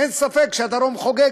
אין ספק שהדרום חוגג,